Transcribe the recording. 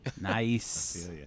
Nice